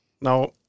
Now